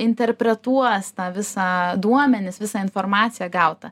interpretuos tą visą duomenis visą informaciją gautą